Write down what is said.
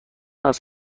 است